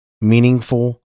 meaningful